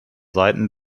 seiten